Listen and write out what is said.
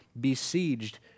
besieged